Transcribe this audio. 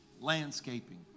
landscaping